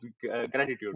gratitude